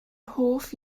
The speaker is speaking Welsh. hoff